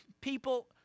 people